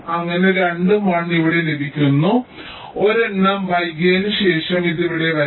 അങ്ങനെ രണ്ടും 1 ഇവിടെ ലഭിക്കുന്നു അതിനാൽ ഒരെണ്ണം വൈകിയതിനുശേഷം ഇത് ഇവിടെ വരും